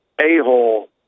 a-hole